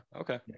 okay